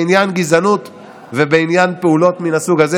בעניין גזענות ובעניין פעולות מהסוג הזה,